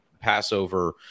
Passover